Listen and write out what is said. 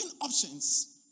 options